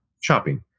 shopping